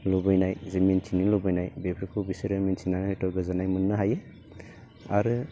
लुबैनाय जे मिनथिनो लुबैनाय बेफोरखौ बिसोरो मोनथिनानै हयथ' गोजोननाय मोननो हायो आरो